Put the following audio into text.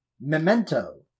Memento